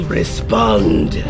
respond